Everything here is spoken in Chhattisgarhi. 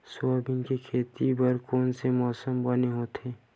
सोयाबीन के खेती बर कोन से मौसम बने होथे?